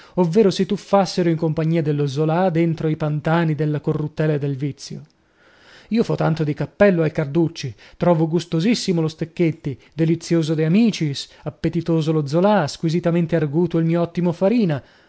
ovvero si tuffassero in compagnia dello zola dentro i pantani della corruttela e del vizio io fo tanto di cappello al carducci trovo gustosissimo lo stecchetti delizioso de amicis appetitoso lo zola squisitamente arguto il mio ottimo farina